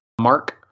mark